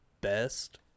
best